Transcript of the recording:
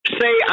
say